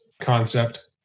concept